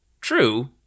true